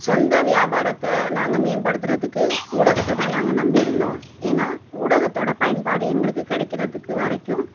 சொந்த வியாபாரத்தை நாங்கள் மேம்படுத்துவதுக்கு ஊடகத்தை தான் நாங்கள் நம்பி இருந்தோம் ஏன்னால் ஊடகத்தோட பயன்பாடு எங்களுக்குக் கிடைக்கிறதுக்கு வரைக்கும்